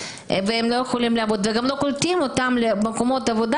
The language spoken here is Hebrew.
הם לא יכולים לעבוד וגם לא קולטים אותם למקומות עבודה